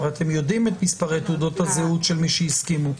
הרי אתם יודעים את מספרי תעודות הזהות של מי שהסכימו.